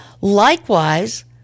Likewise